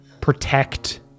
protect